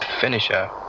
finisher